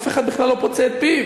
אף אחד בכלל לא פוצה את פיו.